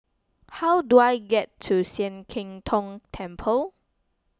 how do I get to Sian Keng Tong Temple